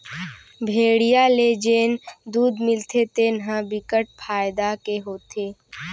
भेड़िया ले जेन दूद मिलथे तेन ह बिकट फायदा के होथे